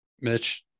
Mitch